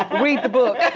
um read the book.